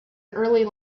early